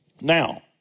Now